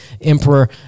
Emperor